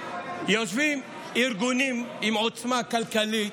יושבים ארגונים עם עוצמה כלכלית,